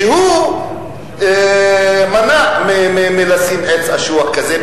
הוא מנע הצבת עץ אשוח כזה,